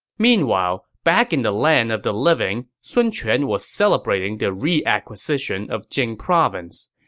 meanwhile, back in the land of the living, sun quan was celebrating the reacquisition of jing province.